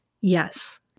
yes